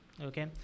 Okay